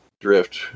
drift